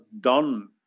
done